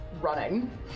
running